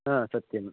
ह सत्यम्